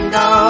go